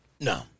no